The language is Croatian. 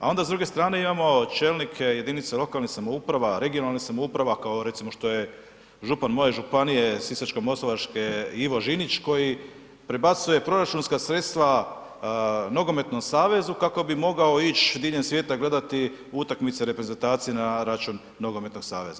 A onda s druge strane imamo čelnike jedinice lokalne samouprave, regionalnih samouprava kao što je recimo župan moje županije Sisačko-moslavačke Ivo Žinić koji prebacuje proračunska sredstva Nogometnom savezu kako bi mogao ić diljem svijeta gledati utakmice reprezentacije na račun Nogometnog saveza.